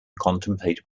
contemplated